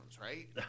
right